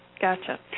Gotcha